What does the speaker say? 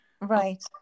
Right